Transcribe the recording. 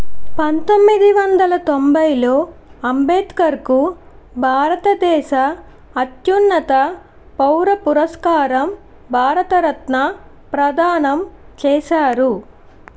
పంతొమ్మిది వందల తొంభైలో అంబేద్కర్కు భారతదేశ అత్యున్నత పౌర పురస్కారం భారతరత్న ప్రదానం చేసారు